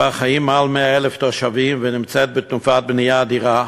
שבה חיים מעל 100,000 תושבים ונמצאת בתנופת בנייה אדירה,